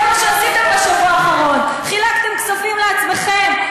זה מה שעשיתם בשבוע האחרון, חילקתם כספים לעצמכם.